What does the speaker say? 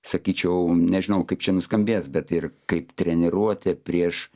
sakyčiau nežinau kaip čia nuskambės bet ir kaip treniruotė prieš